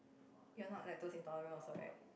you are not lactose intolerant also right